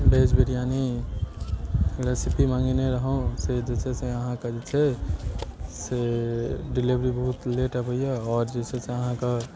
भेज बिरयानी रेसिपी मँगेने रहूॅं से जे छै से अहाँके जे छै से डीलेवरी बहुत लेट अबैया आओर जे छै से अहाँके